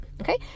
okay